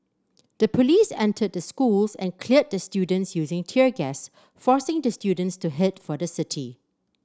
the police entered the schools and cleared the students using tear gas forcing the students to head for the city